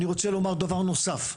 אני רוצה לומר דבר נוסף,